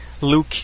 Luke